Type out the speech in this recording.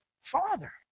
Father